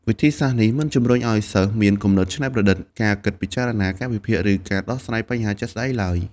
វិធីសាស្ត្រនេះមិនជំរុញឲ្យសិស្សមានគំនិតច្នៃប្រឌិត ការគិតពិចារណា ការវិភាគ ឬការដោះស្រាយបញ្ហាជាក់ស្តែងឡើយ។